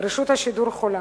רשות השידור חולה.